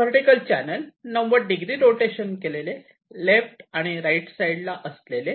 vertical channel 90 degree rotation केलेले left आणि right साईडला असलेले